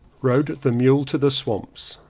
rode the mule to the swamps.